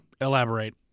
elaborate